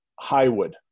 Highwood